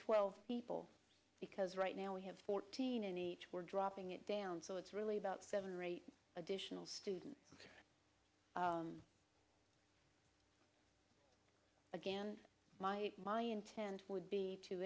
twelve people because right now we have fourteen in each we're dropping it down so it's really about seven or eight additional students again my my intent would be to